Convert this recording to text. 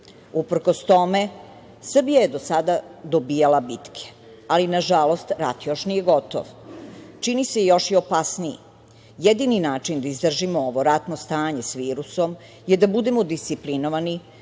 Uprkos tome, Srbija je do sada dobijala bitke. Ali, nažalost, rat još nije gotov. Čini se da je još opasniji. Jedini način da izdržimo ovo ratno stanje sa virusom je da budemo disciplinovani,